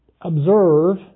observe